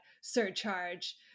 surcharge